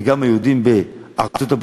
וגם היהודים בארצות-הברית,